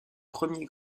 premiers